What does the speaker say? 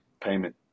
payment